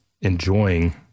enjoying